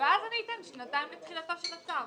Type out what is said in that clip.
ואז אני אתן שנתיים מתחילתו של הצו.